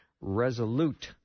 Resolute